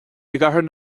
gcathair